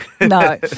No